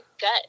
gut